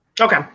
Okay